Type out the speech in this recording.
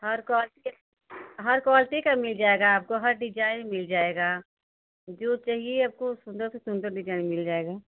हर क्वाल हर quality का मिल जाएगा आपको हर डिजाइन मिल जाएगा जो चाहिए आपको सुंदर से सुंदर डिजाइन मिल जाएगा